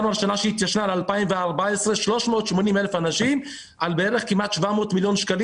בשנת 2014 היו 380 אלף אנשים על כמעט 700 מיליון שקלים